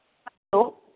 hello